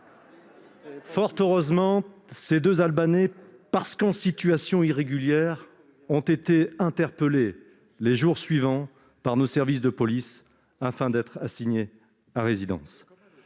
Fort heureusement, ces deux Albanais, parce qu'ils étaient en situation irrégulière, ont été interpellés les jours suivants par nos services de police et assignés à résidence.